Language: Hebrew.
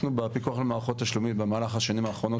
אנחנו בפיקוח על מערכות תשלומים במהלך השנים האחרונות